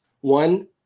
one